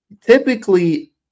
typically